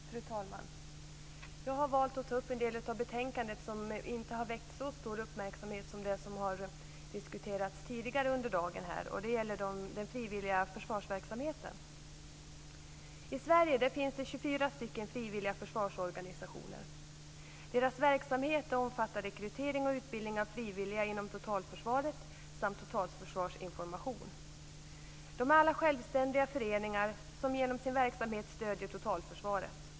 Fru talman! Jag har valt att ta upp en del av betänkandet som inte har väckt så stor uppmärksamhet som det som har diskuterats tidigare under dagen. Det gäller den frivilliga försvarsverksamheten. I Sverige finns det 24 frivilliga försvarsorganisationer. Deras verksamhet omfattar rekrytering och utbildning av frivilliga inom totalförsvaret samt totalförsvarsinformation. De är alla självständiga föreningar som genom sin verksamhet stöder totalförsvaret.